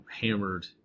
hammered